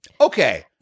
Okay